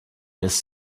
his